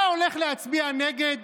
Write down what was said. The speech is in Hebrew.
אתה הולך להצביע נגד?